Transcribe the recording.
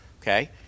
okay